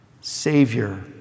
savior